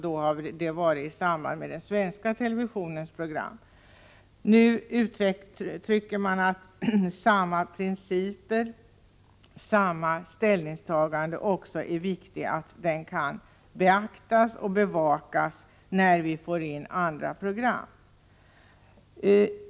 Det har skett i samband med diskussioner om den svenska televisionens program. Nu tycker man att samma principer och samma ställningstagande bör beaktas och bevakas när vi får in andra program.